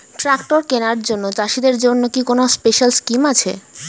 Tractor কেনার জন্য চাষিদের জন্য কি কোনো স্পেশাল স্কিম আছে?